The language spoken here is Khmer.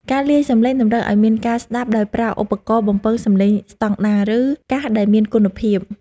ការលាយសំឡេងតម្រូវឱ្យមានការស្ដាប់ដោយប្រើឧបករណ៍បំពងសំឡេងស្ដង់ដារ ឬ កាសដែលមានគុណភាព។